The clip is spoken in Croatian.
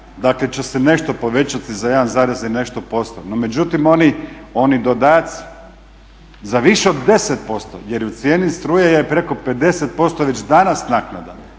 dakle će se nešto povećati za 1 zarez i nešto posto. No međutim oni dodaci za više od 10%, jer u cijeni struje je preko 50% već danas naknada.